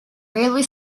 railway